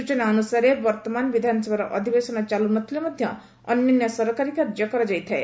ସୂଚନାନୁସାରେ ବର୍ଉମାନ ବିଧାନସଭାର ଅଧିବେଶନ ଚାଲୁ ନ ଥିଲେ ମଧ୍ଧ ଅନ୍ୟାନ୍ୟ ସରକାରୀ କାର୍ଯ୍ୟ ଚାଲିଥାଏ